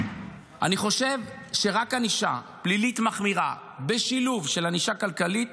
אני חושב שרק ענישה פלילית מחמירה בשילוב ענישה כלכלית